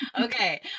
okay